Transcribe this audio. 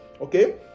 Okay